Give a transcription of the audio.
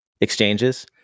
exchanges